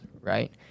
right